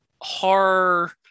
horror